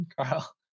Carl